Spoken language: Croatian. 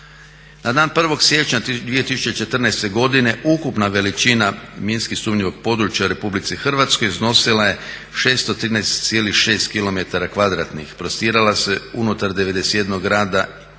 Na dan 1.siječnja 2014.godine ukupna veličina minski sumnjivog područja u RH iznosila je 613,6 km četvornih, prostirala se unutar 91 grada i